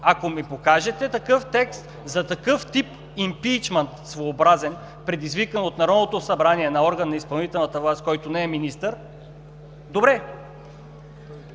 Ако ми покажете такъв текст за такъв тип своеобразен импийчмънт, предизвикан от Народното събрание на орган на изпълнителната власт, който не е министър – добре.